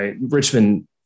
Richmond